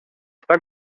està